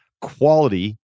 quality